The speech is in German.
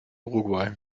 uruguay